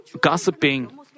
gossiping